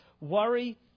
Worry